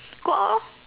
go out lor